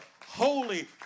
holy